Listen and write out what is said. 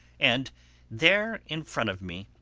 and there in front of me,